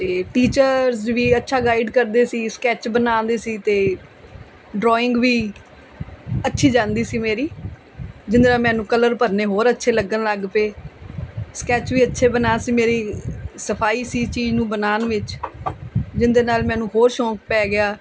ਅਤੇ ਟੀਚਰਸ ਵੀ ਅੱਛਾ ਗਾਈਡ ਕਰਦੇ ਸੀ ਸਕੈਚ ਬਣਾਉਂਦੇ ਸੀ ਅਤੇ ਡਰਾਇੰਗ ਵੀ ਅੱਛੀ ਜਾਂਦੀ ਸੀ ਮੇਰੀ ਜਿਹਦੇ ਨਾਲ ਮੈਨੂੰ ਕਲਰ ਭਰਨੇ ਹੋਰ ਅੱਛੇ ਲੱਗਣ ਲੱਗ ਪਏ ਸਕੈਚ ਵੀ ਅੱਛੇ ਬਣਾ ਸੀ ਮੇਰੀ ਸਫਾਈ ਸੀ ਚੀਜ਼ ਨੂੰ ਬਣਾਉਣ ਵਿੱਚ ਜਿਹਦੇ ਨਾਲ ਮੈਨੂੰ ਹੋਰ ਸ਼ੌਂਕ ਪੈ ਗਿਆ